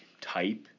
type